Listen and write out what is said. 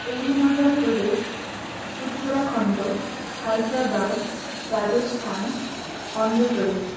Arunachal Pradesh Uttarakhand Hyderabad Rajasthan Andhra Pradesh